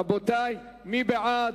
רבותי, מי בעד?